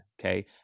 okay